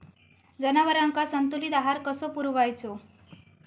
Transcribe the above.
जनावरांका संतुलित आहार कसो पुरवायचो?